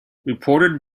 reported